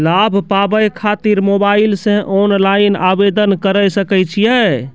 लाभ पाबय खातिर मोबाइल से ऑनलाइन आवेदन करें सकय छियै?